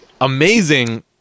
amazing